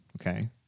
okay